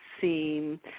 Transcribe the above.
seem